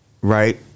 right